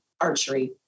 archery